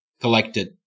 collected